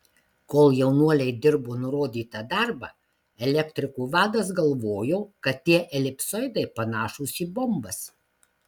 kol jaunuoliai dirbo nurodytą darbą elektrikų vadas galvojo kad tie elipsoidai panašūs į bombas